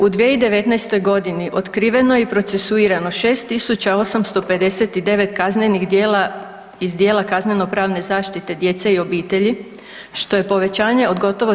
U 2019.g. otkriveno je i procesuirano 6859 kaznenih djela iz djela kazneno pravne zaštite djece i obitelji, što je povećanje od gotovo 33%